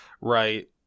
right